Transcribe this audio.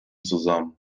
zusammen